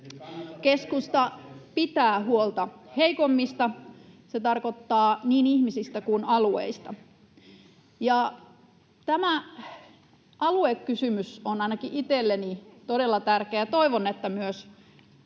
Keskusta pitää huolta heikoimmista — se tarkoittaa niin ihmisiä kuin alueita. Tämä aluekysymys on ainakin itselleni todella tärkeä, ja toivon, että se